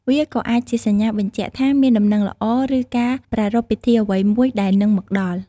វាក៏អាចជាសញ្ញាបញ្ជាក់ថាមានដំណឹងល្អ ឬការប្រារព្ធពិធីអ្វីមួយដែលនឹងមកដល់។